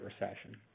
Recession